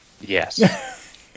Yes